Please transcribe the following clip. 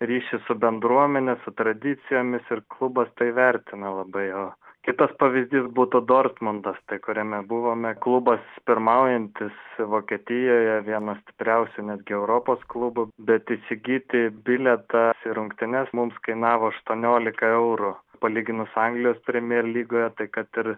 ryšį su bendruomene su tradicijomis ir klubas tai vertina labai o kitas pavyzdys būtų dortmundas tai kuriame buvome klubas pirmaujantis vokietijoje vienas stipriausių netgi europos klubų bet įsigyti bilietą į rungtynes mums kainavo aštuoniolika eurų palyginus su anglijos premjer lygoje tai kad ir